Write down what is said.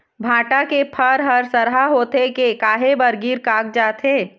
भांटा के फर हर सरहा होथे के काहे बर गिर कागजात हे?